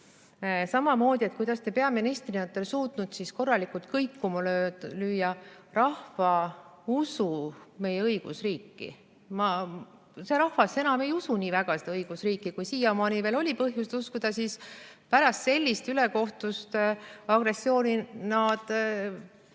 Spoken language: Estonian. Samamoodi olete te peaministrina suutnud korralikult kõikuma lüüa rahva usu meie õigusriiki. See rahvas enam ei usu nii väga seda õigusriiki. Kui siiamaani veel oli põhjust uskuda, siis pärast sellist ülekohtust agressiooni nad